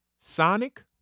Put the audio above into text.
Sonic